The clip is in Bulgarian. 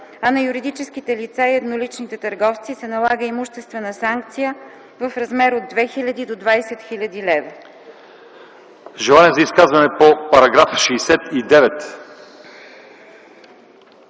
а на юридическите лица и едноличните търговци се налага имуществена санкция в размер от 2000 до 20 000 лв.”